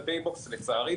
ו"פייבוקס" לצערי,